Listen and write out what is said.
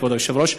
כבוד היושב-ראש,